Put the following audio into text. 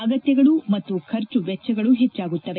ಅಗತ್ಲಗಳು ಮತ್ತು ಖರ್ಚು ವೆಚ್ಚಗಳೂ ಹೆಚ್ಚಾಗುತ್ತವೆ